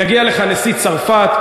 יגיע לכאן נשיא צרפת,